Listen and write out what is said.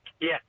Yes